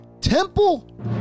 Temple